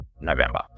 November